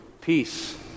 peace